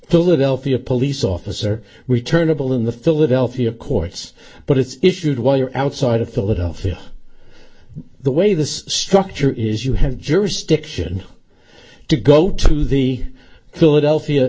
philadelphia police officer returnable in the philadelphia courts but it's issued while you're outside of philadelphia the way this structure is you have jurisdiction to go to the philadelphia